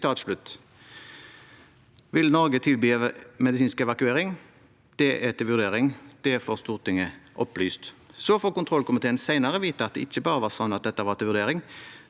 Vil Norge tilby medisinsk evakuering? Det er til vurdering. Det får Stortinget opplyst. Så får kontrollkomite en senere vite at det ikke bare var sånn at dette var til vurdering: